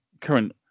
current